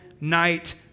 night